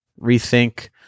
rethink